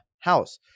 House